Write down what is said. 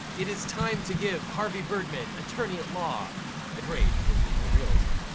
it is time to give harvey birdman, attorney at law a grade for legal realism.